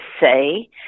say